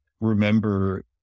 remember